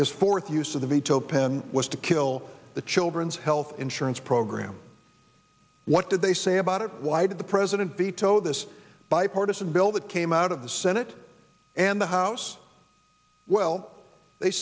his fourth use of the veto pen was to kill the children's health insurance program what did they say about it why did the president veto this bipartisan bill that came out of the senate and the house well they